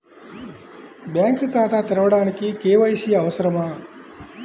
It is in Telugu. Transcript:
బ్యాంక్ ఖాతా తెరవడానికి కే.వై.సి అవసరమా?